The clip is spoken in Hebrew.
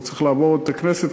הוא צריך לעבור את הכנסת,